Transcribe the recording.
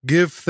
Give